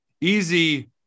easy